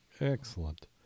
Excellent